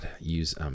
use